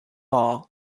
all